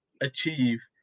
achieve